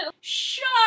shut